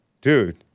Dude